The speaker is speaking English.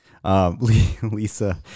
Lisa